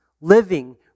living